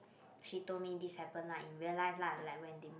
she told me this happen lah in real life like when they met